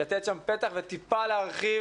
לתת שם פתח וטיפה להרחיב